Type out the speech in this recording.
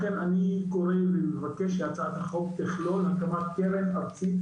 לכן אני קורא לבקש שהצעת החוק תכלול הקמת קרן ארצית